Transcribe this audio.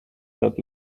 that